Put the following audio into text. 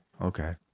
Okay